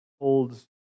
holds